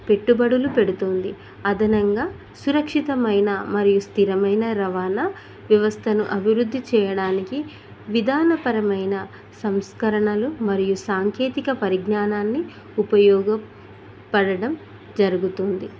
పెట్టుబడులు పెడుతోంది అదనంగా సురక్షితమైన మరియు స్థిరమైన రవాణా వ్యవస్థను అభివృద్ధి చేయడానికి విధానపరమైన సంస్కరణలు మరియు సాంకేతిక పరిజ్ఞానాన్ని ఉపయోగపడడం జరుగుతుంది